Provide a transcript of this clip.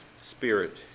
spirit